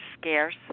scarce